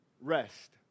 Rest